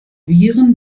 viren